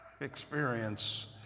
experience